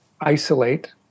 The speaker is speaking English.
isolate